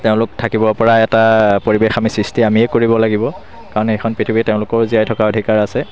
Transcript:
তেওঁলোক থাকিব পৰা এটা পৰিৱেশ আমি সৃষ্টি আমিয়ে কৰিব লাগিব কাৰণ এইখন পৃথিৱীত তেওঁলোকৰো জীয়াই থকাৰ অধিকাৰ আছে